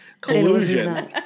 Collusion